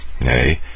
Nay